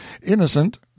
Innocent